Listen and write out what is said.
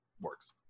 works